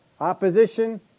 Opposition